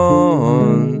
on